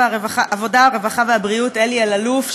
הרווחה והבריאות אלי אלאלוף,